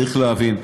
צריך להבין: